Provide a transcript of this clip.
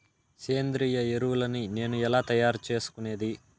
సేంద్రియ ఎరువులని నేను ఎలా తయారు చేసుకునేది?